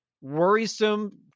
worrisome